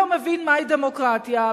לא מבין מהי דמוקרטיה,